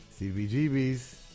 CBGB's